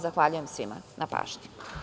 Zahvaljujem svima na pažnji.